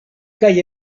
kaj